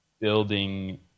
building